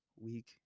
week